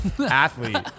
athlete